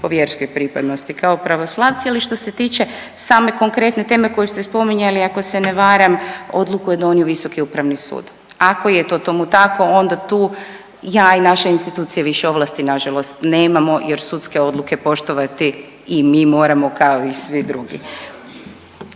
po vjerskoj pripadnosti kao pravoslavci. Ali što se tiče same konkretne teme koju ste spominjali ako se ne varam odluku je donio Visoki upravni sud. Ako je to tomu tako onda tu ja i naše institucije više ovlasti nažalost nemamo jer sudske odluke poštovati i mi moramo kao i svi drugi.